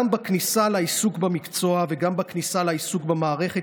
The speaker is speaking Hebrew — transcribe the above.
גם בכניסה לעיסוק במקצוע וגם בכניסה לעיסוק במערכת